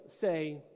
say